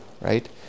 right